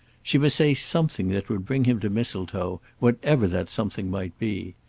she must say something that would bring him to mistletoe, whatever that something might be.